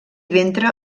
ventre